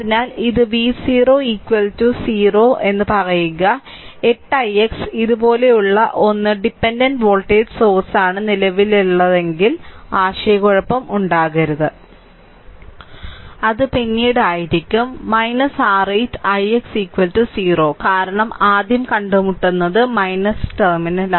അതിനാൽ ഇത് v 0 0 പറയുക 8 ix ഇതുപോലുള്ള ഒന്ന് ഡിപെൻഡന്റ് വോൾട്ടേജ് സോഴ്സാണ് നിലവിലെതല്ലെങ്കിൽ ആശയക്കുഴപ്പം ഉണ്ടാകരുത് അത് പിന്നീട് ആയിരിക്കും r 8 ix 0 കാരണം ആദ്യം കണ്ടുമുട്ടുന്നത് ടെർമിനൽ